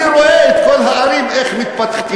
אני רואה את כל הערים, איך הן מתפתחות